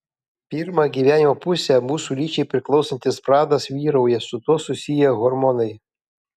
pirmą gyvenimo pusę mūsų lyčiai priklausantis pradas vyrauja su tuo susiję hormonai